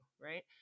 right